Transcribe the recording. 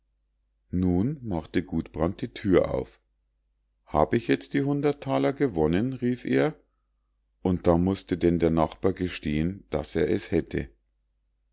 nun machte gudbrand die thür auf hab ich jetzt die hundert thaler gewonnen rief er und da mußte denn der nachbar gestehen daß er es hätte